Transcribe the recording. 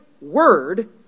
word